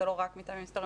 זה לא רק מטעמים היסטוריים,